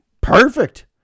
perfect